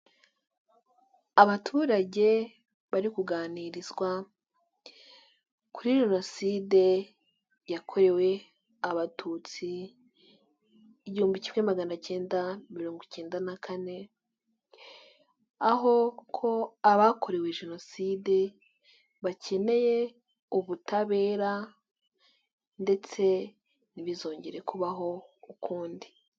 Abaturage bari kuganirizwa, kuri Jenoside yakorewe Abatutsi, igihumbi kimwe magana acyenda mirongo icyenda na kane, aho ko abakorewe Jenoside, bakeneye ubutabera ndetse ntibizongere kubaho ukundi.